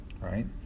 Right